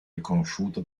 riconosciuta